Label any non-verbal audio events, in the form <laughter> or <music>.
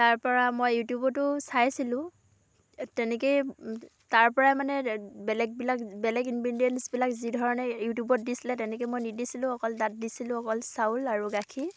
তাৰ পৰা মই ইউটিউবটো চাইছিলোঁ তেনেকেই তাৰ পৰাই মানে <unintelligible> বেলেগবিলাক বেলেগ ইনগ্ৰেডিয়েন্টচবিলাক যিধৰণে ইউটিউবত দিছিলে তেনেকৈ মই নিদিছিলোঁ অকল তাত দিছিলোঁ অকল চাউল আৰু গাখীৰ